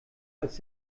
als